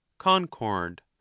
concord